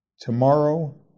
Tomorrow